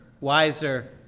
wiser